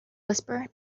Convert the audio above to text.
whisperer